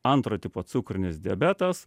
antro tipo cukrinis diabetas